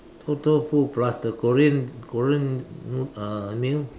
臭豆腐 plus the Korean Korean noo~ uh meal